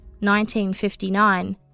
1959